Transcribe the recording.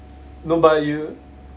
no but you